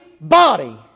body